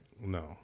No